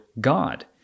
God